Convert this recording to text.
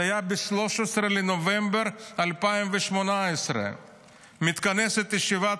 זה היה ב-13 בנובמבר 2018. מתכנסת ישיבת